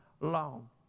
long